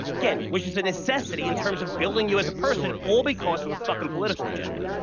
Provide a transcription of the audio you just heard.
again, which is a necessity in terms of building you as a person all because of a fucking political agenda.